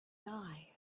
die